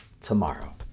tomorrow